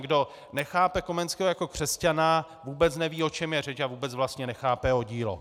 Kdo nechápe Komenského jako křesťana, vůbec neví, o čem je řeč a vůbec vlastně nechápe jeho dílo.